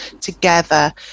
together